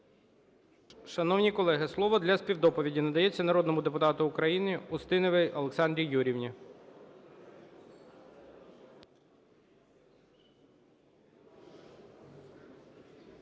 Шановні колеги, слово для співдоповіді надається народному депутату України Устіновій Олександрі Юріївні.